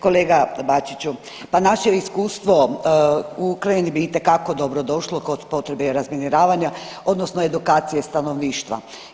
Kolega Bačiću, pa naše iskustvo Ukrajini bi itekako dobro došlo kod potrebe razminiravanja odnosno edukacije stanovništva.